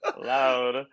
Loud